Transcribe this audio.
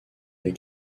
les